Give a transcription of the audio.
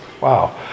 wow